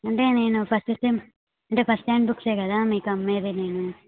అంటే నేను first sem అంటే ఫస్ట్ హ్యాండ్ బుక్సే కదా మీకు అమ్మేది నేను